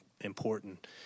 important